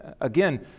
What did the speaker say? Again